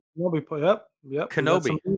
Kenobi